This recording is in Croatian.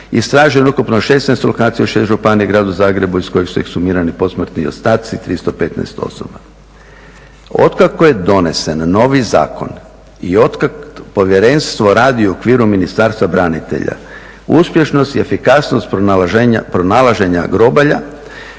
istraženo je ukupno 16 lokacija u 6 županija i Gradu Zagrebu iz kojeg su ekshumirani posmrtni ostaci 315 osoba. Od kako je donesen novi zakon i otkad povjerenstvo radi u okviru Ministarstva branitelja uspješnost i efikasnost pronalaženja grobalja